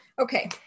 Okay